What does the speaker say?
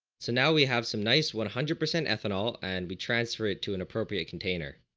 so now we have some nice one hundred percent ethanol and we transferred to an appropriate container.